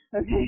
Okay